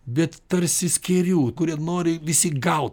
bet tarsi skėrių kurie nori visi gaut